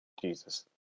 Jesus